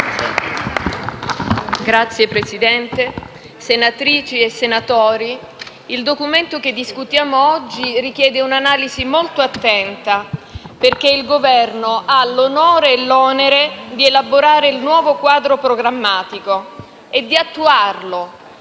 onorevoli senatrici e senatori, il Documento che discutiamo oggi richiede un'analisi molto attenta perché il Governo ha l'onore e l'onere di elaborare il nuovo quadro programmatico e di attuarlo